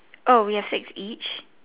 oh we have six each